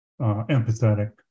empathetic